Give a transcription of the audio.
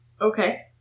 Okay